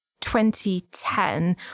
2010